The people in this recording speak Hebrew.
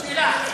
שאלה.